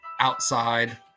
Outside